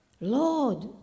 Lord